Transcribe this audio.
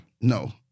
No